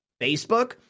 Facebook